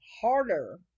harder